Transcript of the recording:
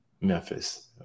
Memphis